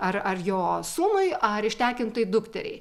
ar ar jo sūnui ar ištekintai dukteriai